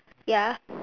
ya